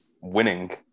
winning